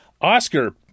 Oscar